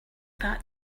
that